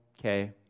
okay